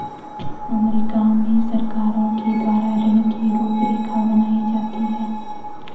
अमरीका में सरकारों के द्वारा ऋण की रूपरेखा बनाई जाती है